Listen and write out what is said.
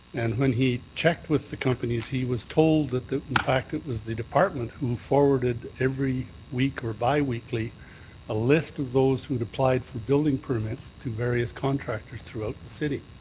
and when he checked with the companies, he was told that in fact it was the department who forwarded every week or biweekly a list of those who had applied for building permits to various contractors throughout the city.